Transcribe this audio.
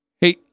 Hey